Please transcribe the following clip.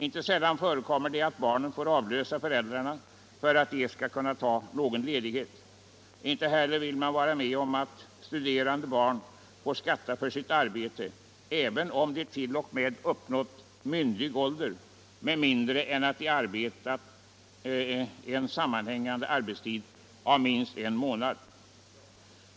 Inte sällan förekommer det att barnen måste avlösa föräldrarna för att dessa skall kunna få någon ledighet. Inte heller vill man vara med om att studerande barn får skatta för sitt arbete, även om de har uppnått myndig ålder, med mindre än att de haft en sammanhängande arbetstid på minst en månad.